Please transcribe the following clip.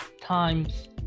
times